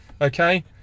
Okay